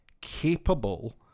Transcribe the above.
capable